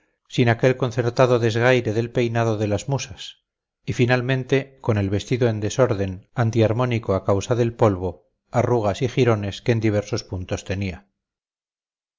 sin aquel concertado desgaire del peinado de las musas y finalmente con el vestido en desorden anti armónico a causa del polvo arrugas y jirones que en diversos puntos tenía